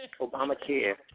Obamacare